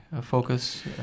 focus